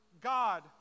God